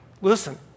Listen